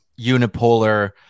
unipolar